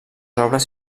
obres